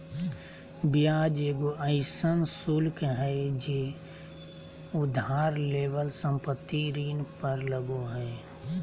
ब्याज एगो अइसन शुल्क हइ जे उधार लेवल संपत्ति ऋण पर लगो हइ